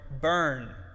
burn